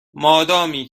مادامی